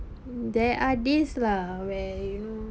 there are this lah where you know